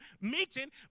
meeting